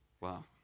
Wow